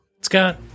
Scott